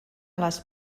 les